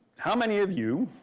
how many of you,